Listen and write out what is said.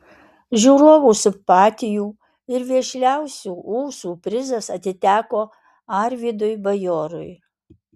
žiūrovų simpatijų ir vešliausių ūsų prizas atiteko arvydui bajorui